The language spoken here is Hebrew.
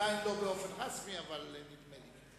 עדיין לא באופן רשמי, אבל נדמה לי.